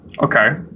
Okay